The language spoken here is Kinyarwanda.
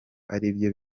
aribyo